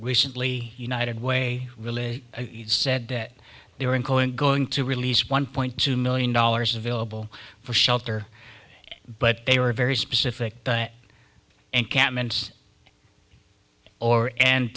recently united way really said that they were in going going to release one point two million dollars available for shelter but they were very specific diet and cam and